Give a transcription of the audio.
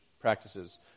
practices